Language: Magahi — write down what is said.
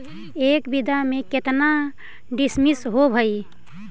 एक बीघा में केतना डिसिमिल होव हइ?